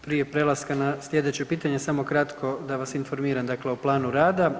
Prije prelaska na slijedeće pitanje samo kratko da vas informiram dakle o planu rada.